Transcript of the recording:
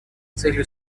целью